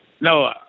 No